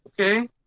Okay